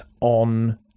on